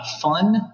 fun